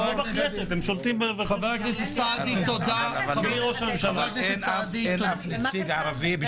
חשוב שיהיה ייצוג הולם.